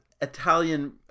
Italian